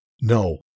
No